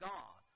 God